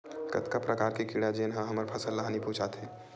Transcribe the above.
कतका प्रकार के कीड़ा जेन ह हमर फसल ल हानि पहुंचाथे?